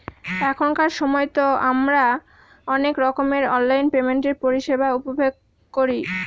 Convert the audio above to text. এখনকার সময়তো আমারা অনেক রকমের অনলাইন পেমেন্টের পরিষেবা উপভোগ করি